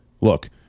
Look